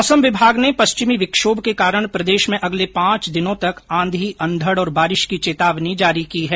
मौसम विभाग ने पश्चिमी विक्षोभ के कारण प्रदेश में अगले पांच दिनों तक आंधी अंधड और बारिश की चेतावनी जारी की है